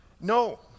No